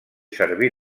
servir